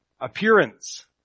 appearance